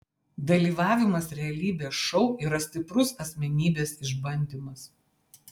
dalyvavimas realybės šou yra stiprus asmenybės išbandymas